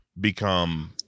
become